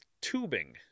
tubing